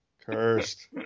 Cursed